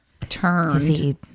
turned